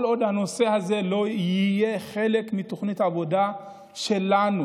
כל עוד הנושא הזה לא יהיה חלק מתוכנית עבודה שלנו,